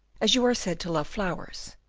as you are said to love flowers,